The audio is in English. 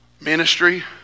ministry